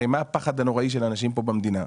הרי מה הפחד הנוראי של אנשים פה במדינה?